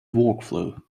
workflow